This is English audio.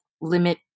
limit